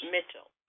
Mitchell